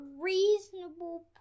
reasonable